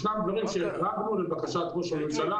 ישנם דברים שהחרגנו לבקשת ראש הממשלה.